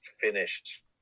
finished